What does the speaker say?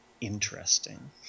interesting